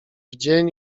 dzień